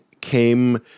came